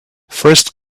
first